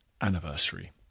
anniversary